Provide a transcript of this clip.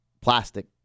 plastic